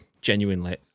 genuinely